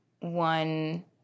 One